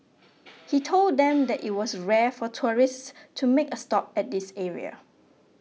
he told them that it was rare for tourists to make a stop at this area